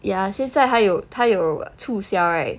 ya 现在他有他有促销 right